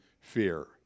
fear